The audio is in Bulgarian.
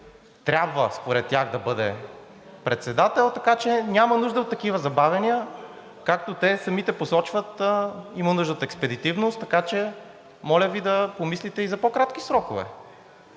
трябва според тях да бъде председател, така че няма нужда от такива забавяния. Както те самите посочват, има нужда от експедитивност, така че, моля Ви да помислите и за по-кратки срокове,